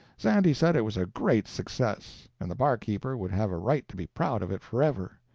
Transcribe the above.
sandy said it was a great success, and the barkeeper would have a right to be proud of it forever.